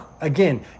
again